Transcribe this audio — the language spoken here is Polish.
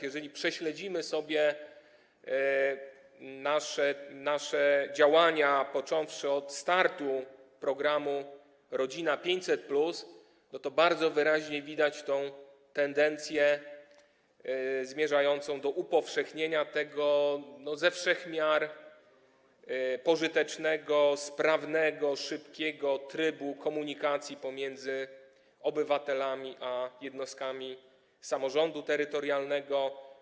Jeżeli prześledzimy sobie nasze działania, począwszy od startu programu „Rodzina 500+”, to bardzo wyraźnie widać tendencję zmierzającą do upowszechnienia tego ze wszech miar pożytecznego, sprawnego, szybkiego trybu komunikacji pomiędzy obywatelami a jednostkami samorządu terytorialnego.